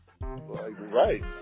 Right